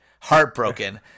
heartbroken